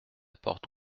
porte